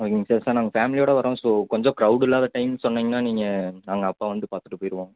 ஓகேங்க sir sir நாங்கள் ஃபேம்லியோடு வரோம் ஸோ கொஞ்சம் க்ரௌட் இல்லாத டைம் சொன்னிங்கன்னால் நீங்கள் நாங்கள் அப்போ வந்து பார்த்துட்டு போயிடுவோம்